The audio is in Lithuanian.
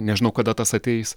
nežinau kada tas ateis